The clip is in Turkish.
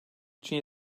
için